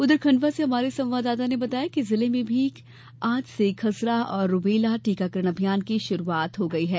उधर खंडवा से हमारे संवाददाता ने बताया है कि जिले में भी आज से खसरा और रूबेला टीकाकरण अभियान की शुरूआत हो गई है